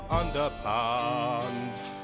underpants